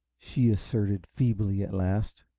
she asserted feebly, at last.